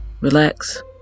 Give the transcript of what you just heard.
relax